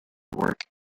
work